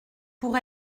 pour